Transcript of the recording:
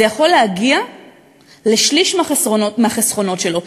זה יכול להגיע לשליש מהחסכונות שלו.